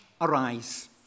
Arise